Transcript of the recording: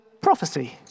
prophecy